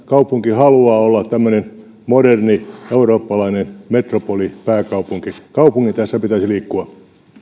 kaupunki haluaa nimenomaan olla tämmöinen moderni eurooppalainen metropolipääkaupunki kaupungin tässä pitäisi liikkua